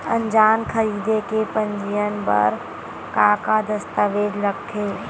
अनाज खरीदे के पंजीयन बर का का दस्तावेज लगथे?